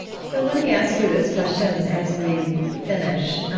so let me ask you this question as we finish,